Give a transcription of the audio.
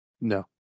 No